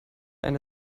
eine